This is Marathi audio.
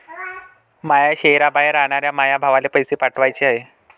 माया शैहराबाहेर रायनाऱ्या माया भावाला पैसे पाठवाचे हाय